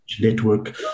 network